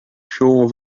sure